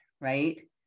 right